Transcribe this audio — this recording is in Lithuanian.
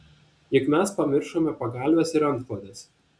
juk mes pamiršome pagalves ir antklodes